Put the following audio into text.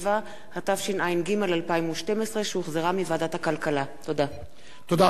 5), התשע"ג 2012, עבר